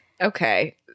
Okay